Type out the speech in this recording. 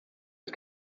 ist